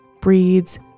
breeds